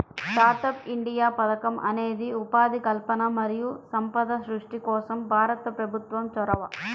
startup India పథకం అనేది ఉపాధి కల్పన మరియు సంపద సృష్టి కోసం భారత ప్రభుత్వం చొరవ